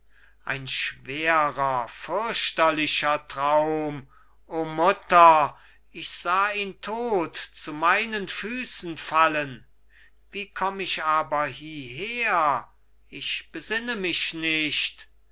ein schwerer fürchterlicher traum o mutter ich sah ihn todt zu meinen füßen fallen wie komm ich aber hieher ich besinne mich nicht ach